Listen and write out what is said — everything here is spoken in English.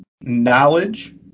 knowledge